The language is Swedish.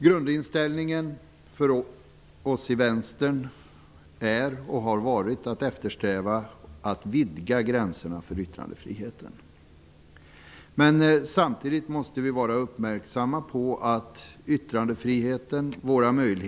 Grundinställningen för oss i Vänstern är och har varit att eftersträva en vidgning av gränserna för yttrandefriheten. Samtidigt måste vi vara uppmärksamma på att yttrandefriheten också kan missbrukas.